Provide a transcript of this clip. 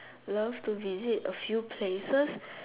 love to visit a few places